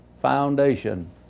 Foundation